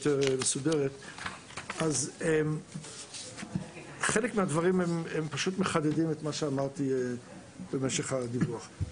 חלק מהדברים פשוט מחדדים את מה שאמרתי במשך הדיווח.